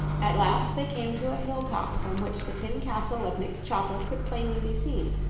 at last they came to a hilltop from which the tin castle of nick chopper could plainly be seen,